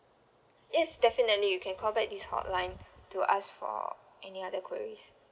yes definitely you can call back this hotline to ask for any other queries